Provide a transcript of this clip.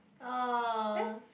oh